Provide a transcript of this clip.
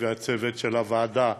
והצוות של הוועדה,